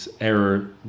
error